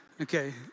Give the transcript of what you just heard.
okay